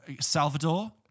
Salvador